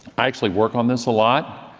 i actually work on this a lot.